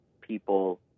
people